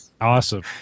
Awesome